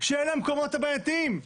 שאלה המקומות הבעייתיים,